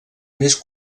més